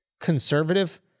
conservative